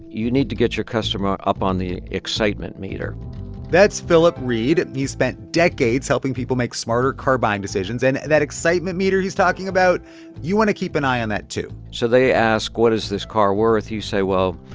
you need to get your customer up on the excitement meter that's philip reed. he's spent decades helping people make smarter car buying decisions. and that excitement meter he's talking about you want to keep an eye on that, too so they ask, what is this car worth? you say, well,